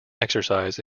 exercise